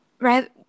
right